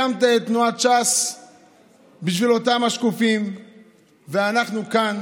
הקמת את תנועת ש"ס בשביל אותם השקופים ואנחנו כאן